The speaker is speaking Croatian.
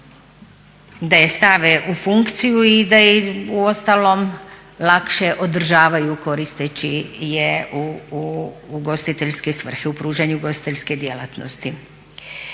da je stave u funkciju i da je uostalom lakše održavaju koristeći je u ugostiteljske svrhe, u pružanju ugostiteljske djelatnosti.